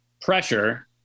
pressure